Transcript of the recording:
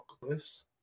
cliffs